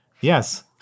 Yes